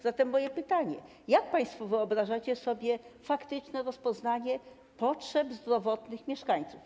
Zatem moje pytanie: Jak państwo wyobrażacie sobie faktyczne rozpoznanie potrzeb zdrowotnych mieszkańców?